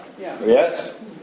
yes